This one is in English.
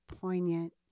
poignant